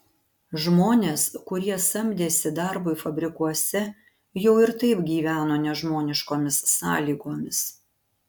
žmonės kurie samdėsi darbui fabrikuose jau ir taip gyveno nežmoniškomis sąlygomis